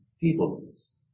feebleness